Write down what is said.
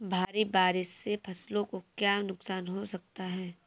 भारी बारिश से फसलों को क्या नुकसान हो सकता है?